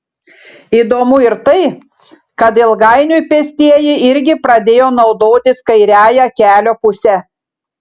įdomu ir tai kad ilgainiui pėstieji irgi pradėjo naudotis kairiąja kelio puse